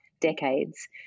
decades